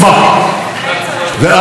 ואל תספרו לנו,